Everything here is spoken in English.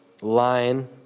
line